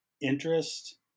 interest